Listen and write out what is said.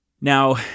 Now